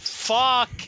Fuck